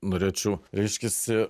norėčiau reiškiasi